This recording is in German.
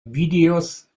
videos